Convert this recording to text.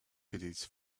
hoodies